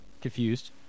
confused